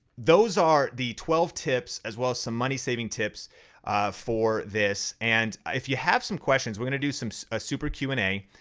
those are the twelve tips as well as some money-saving tips for this. and if you have some questions, we're gonna do some ah super q and a.